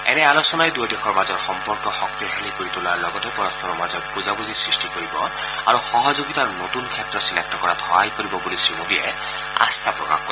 এনে আলোচনাই দুয়ো দেশৰ মাজৰ সম্পৰ্ক শক্তিশালী কৰি তোলাৰ লগতে পৰস্পৰৰ মাজত বুজাবুজিৰ সৃষ্টি কৰিব আৰু সহযোগিতাৰ নতুন ক্ষেত্ৰ চিনাক্ত কৰাত সহায় কৰিব বুলি শ্ৰীমোদীয়ে আস্থা প্ৰকাশ কৰে